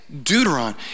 Deuteron